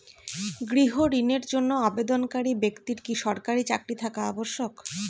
গৃহ ঋণের জন্য আবেদনকারী ব্যক্তি কি সরকারি চাকরি থাকা আবশ্যক?